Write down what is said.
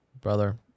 brother